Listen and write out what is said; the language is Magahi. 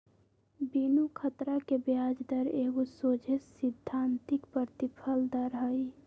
बिनु खतरा के ब्याज दर एगो सोझे सिद्धांतिक प्रतिफल दर हइ